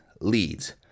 leads